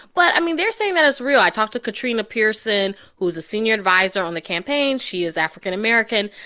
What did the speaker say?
but, i mean, they're saying that it's real i talked to katrina pierson, who is a senior adviser on the campaign. she is african american.